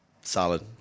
Solid